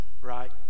right